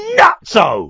nutso